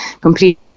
complete